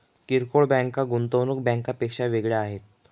किरकोळ बँका गुंतवणूक बँकांपेक्षा वेगळ्या आहेत